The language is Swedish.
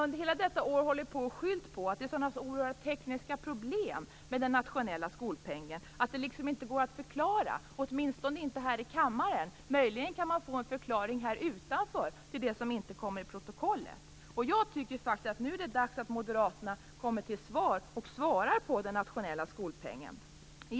Under hela detta år har hon skyllt på att det är så oerhörda tekniska problem med den nationella skolpengen att det inte går att förklara, åtminstone inte här i kammaren. Man kan möjligen få en förklaring här utanför som inte kommer i protokollet. Jag tycker faktiskt att det nu är dags att Moderaterna svarar på frågor om den nationella skolpengen.